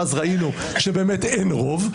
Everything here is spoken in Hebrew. ואז ראינו באמת שאין רוב,